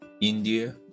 India